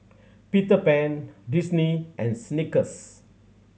Peter Pan Disney and Snickers